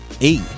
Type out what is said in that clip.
Eight